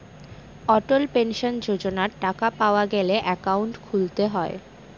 অটল pension যোজনার টাকা পাওয়া গেলে একাউন্ট খুলতে হয়